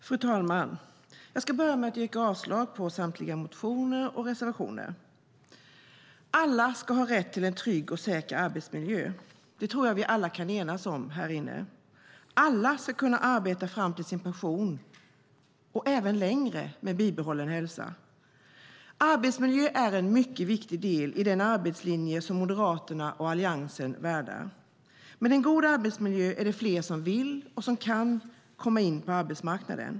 Fru talman! Jag ska börja med att yrka avslag på samtliga motioner och reservationer. Alla ska ha rätt till en trygg och säker arbetsmiljö. Det tror jag att vi alla här inne kan enas om. Alla ska kunna arbeta fram till sin pension och även längre med bibehållen hälsa. Arbetsmiljö är en mycket viktig del i den arbetslinje som Moderaterna och Alliansen värnar. Med en god arbetsmiljö är det fler som vill och kan komma in på arbetsmarknaden.